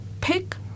pick